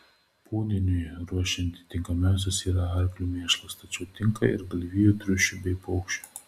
pūdiniui ruošti tinkamiausias yra arklių mėšlas tačiau tinka ir galvijų triušių bei paukščių